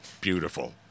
Beautiful